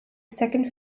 second